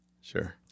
sure